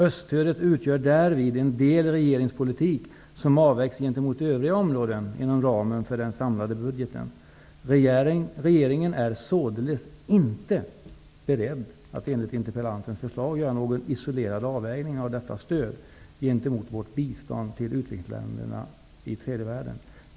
Öststödet utgör därvid en del i regeringens politik som avvägs gentemot övriga områden inom ramen för den samlade budgeten. Regeringen är således inte beredd att enligt interpellantens förslag göra någon isolerad avvägning av detta stöd gentemot vårt bistånd till utvecklingsländerna i tredje världen.